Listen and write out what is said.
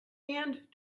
and